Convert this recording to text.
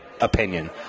opinion